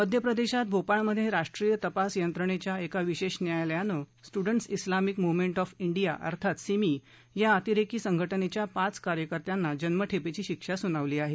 मध्य प्रदेशात भोपाळमध्ये राष्ट्रीय तपास यंत्रणेच्या एका विशेष न्यायालयानं Students Islamic Movement of India अर्थात सिमी या अतिरेकी संघटनेच्या पाच कार्यकर्त्याना जन्मठेपेची शिक्षा सुनावली आहे